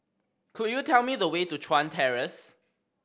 could you tell me the way to Chuan Terrace